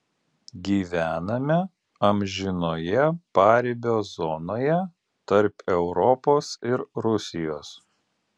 gyvename amžinoje paribio zonoje tarp europos ir rusijos